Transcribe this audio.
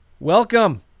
Welcome